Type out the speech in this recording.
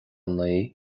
naoi